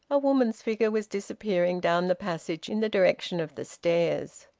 a woman's figure was disappearing down the passage in the direction of the stairs.